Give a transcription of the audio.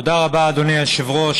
תודה רבה, אדוני היושב-ראש.